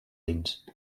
dins